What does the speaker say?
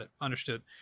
Understood